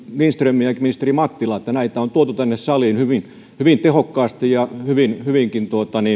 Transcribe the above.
ministeri lindströmiä ja ministeri mattilaa että näitä on tuotu tänne saliin hyvin hyvin tehokkaasti ja hyvinkin